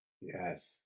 Yes